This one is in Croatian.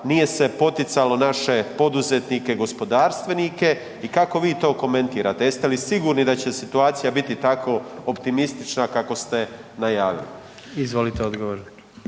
nije se poticalo naše poduzetnike i gospodarstvenike i kako vi to komentirate? Jeste li sigurno da će situacija biti tako optimistična kako ste najavili? **Jandroković,